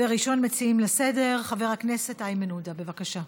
ראשון המציעים, חבר הכנסת איימן עודה, בבקשה.